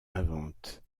invente